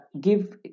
give